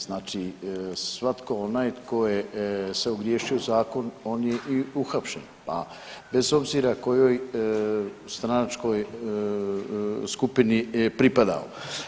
Znači svatko onaj tko je se ogriješio o zakon on je i uhapšen pa bez obzira kojoj stranačkoj skupini pripadao.